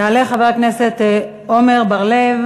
יעלה חבר הכנסת עמר בר-לב.